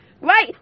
right